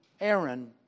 Aaron